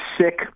sick